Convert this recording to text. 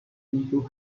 into